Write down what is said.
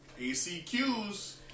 ACQs